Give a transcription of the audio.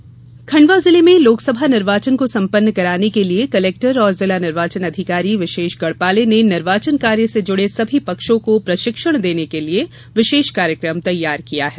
चुनाव प्रशिक्षण खंडवा जिले में लोकसभा निर्वाचन को सम्पन्न कराने के लिए कलेक्टर एवं जिला निर्वाचन अधिकारी विशेष गढ़पाले ने निर्वाचन कार्य से जुड़े सभी पक्षों को प्रशिक्षण देने के लिए विशेष कार्यक्रम तैयार किया है